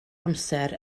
amser